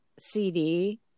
CD